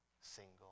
single